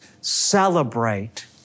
Celebrate